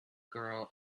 girl